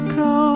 go